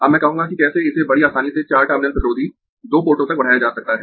अब मैं कहूंगा कि कैसे इसे बड़ी आसानी से चार टर्मिनल प्रतिरोधी दो पोर्टों तक बढ़ाया जा सकता है